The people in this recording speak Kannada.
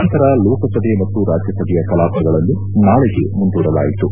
ನಂತರ ಲೋಕಸಭೆ ಮತ್ತು ರಾಜ್ಯಸಭೆಯ ಕಲಾಪಗಳನ್ನು ನಾಳಿಗೆ ಮುಂದೂಡಲಾಯಿತು